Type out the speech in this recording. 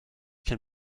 can